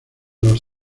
los